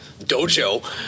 dojo